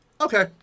Okay